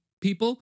people